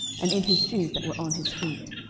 and in his shoes that were on his feet.